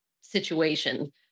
situation